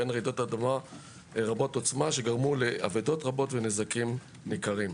ביניהם רעידות אדמה רבות עוצמה שגרמו לאבדות רבות ונזקים ניכרים.